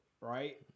right